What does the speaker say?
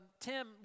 Tim